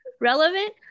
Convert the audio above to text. relevant